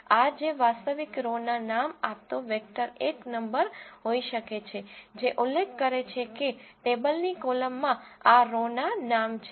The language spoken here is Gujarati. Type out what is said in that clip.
આ જે વાસ્તવિક રો ના નામ આપતો વેક્ટર એક નંબર હોઈ શકે છે જે ઉલ્લેખ કરે છે કે ટેબલની કોલમમાં આ રો નાં નામ છે